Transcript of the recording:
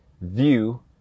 view